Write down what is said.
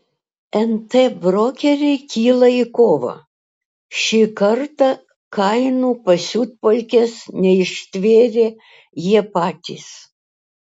nt brokeriai kyla į kovą šį kartą kainų pasiutpolkės neištvėrė jie patys